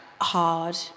hard